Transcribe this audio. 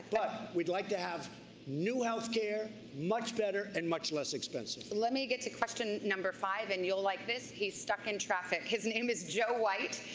but would like to have new health care, much better and much less expensive. but let me get to question number five, and you'll like this, he's stuck in traffic, his name is joe white.